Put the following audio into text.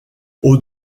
aux